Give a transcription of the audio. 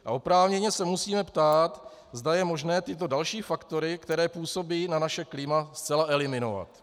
A oprávněně se musíme ptát, zda je možné tyto další faktory, které působí na naše klima, zcela eliminovat.